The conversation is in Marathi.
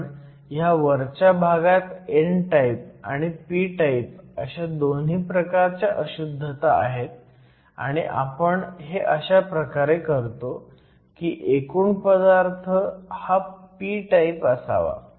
पण ह्या वरच्या भागात n टाईप आणि p टाईप अशा दोन्ही प्रकारच्या अशुद्धता आहेत आणि आपण हे अशा प्रकारे करतो की एकूण पदार्थ हा p टाईप असावा